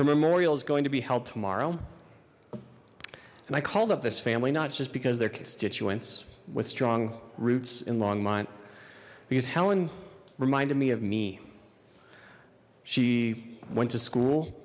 her memorial is going to be held tomorrow and i called up this family not just because their constituents with strong roots in longmont because helen reminded me of me she went to school